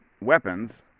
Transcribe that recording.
weapons